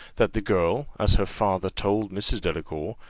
that the girl, as her father told mrs. delacour,